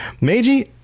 Meiji